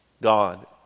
God